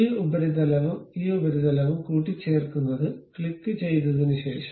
ഈ ഉപരിതലവും ഈ ഉപരിതലവും കൂട്ടിച്ചേർക്കുന്നത് ക്ലിക്കുചെയ്തതിനുശേഷം